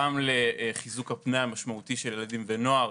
גם לחיזוק הפנאי המשמעותי של ילדים ונוער